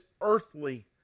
earthly